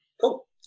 Cool